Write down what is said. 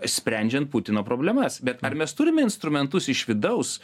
sprendžiant putino problemas bet ar mes turime instrumentus iš vidaus